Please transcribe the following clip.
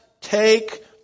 take